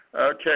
Okay